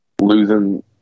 losing –